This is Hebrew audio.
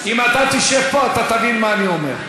אם אתה תשב פה אתה תבין מה אני אומר.